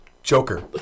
Joker